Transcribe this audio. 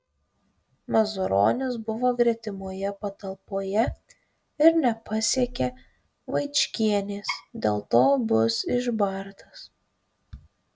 mazuronis buvo gretimoje patalpoje ir nepasiekė vaičkienės dėl to bus išbartas